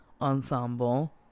ensemble